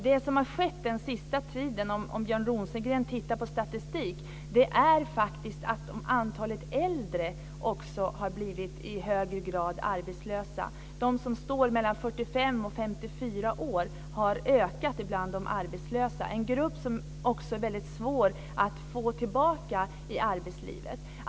Det som har skett under den senaste tiden - om Björn Rosengren ser på statistiken - är att äldre i högre grad har blivit arbetslösa. Antalet arbetslösa personer mellan 45 och 54 år har ökat. Det är en grupp som har väldigt svårt att komma tillbaka till arbetslivet igen.